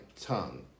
tongue